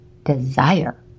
desire